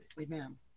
Amen